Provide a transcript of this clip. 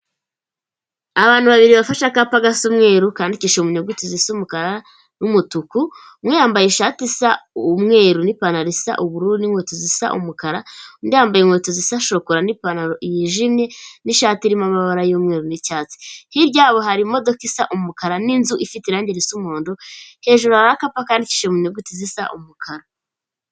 Abantu babiri bafashe akapa gasa umweru kandikishije mu nyuguti zisa umukara n'umutuku, umwe yambaye ishati isa umweru n'ipantara isa ubururu, n'inkweto zisa umukara, undi yambaye inkweto zisa shokora n'ipantaro yijimye, n'ishati irimo amabara y'umweruru n'icyatsi. Hirya yabo hari imodoka isa umukara, n'inzu ifite irangi risa umuhondo, hejuru hari akapa kandikishije mu nyuguti zisa umukara.